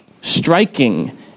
striking